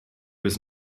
was